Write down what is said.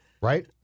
right